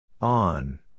On